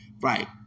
Right